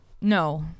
No